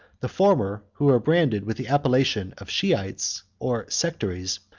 the former, who are branded with the appellation of shiites or sectaries,